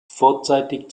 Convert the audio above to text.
vorzeitig